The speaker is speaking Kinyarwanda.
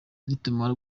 nitumara